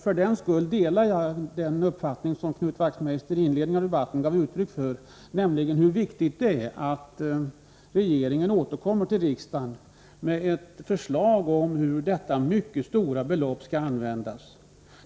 För den skull delar jag den uppfattning som Knut Wachtmeister i debattens inledning gav uttryck för, nämligen hur viktigt det är att regeringen återkommer till riksdagen med ett förslag om hur detta mycket stora belopp skall användas.